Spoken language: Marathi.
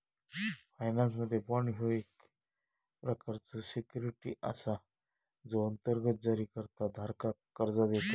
फायनान्समध्ये, बाँड ह्यो एक प्रकारचो सिक्युरिटी असा जो अंतर्गत जारीकर्ता धारकाक कर्जा देतत